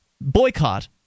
boycott